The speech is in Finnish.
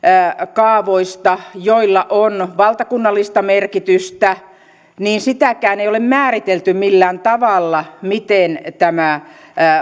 kaavoista joilla on valtakunnallista merkitystä mutta sitäkään ei ole määritelty millään tavalla miten tämä